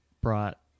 brought